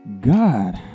God